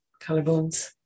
Collarbones